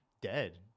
dead